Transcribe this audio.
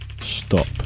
Stop